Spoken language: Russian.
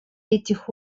этих